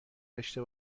داشته